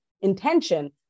intention